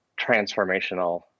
transformational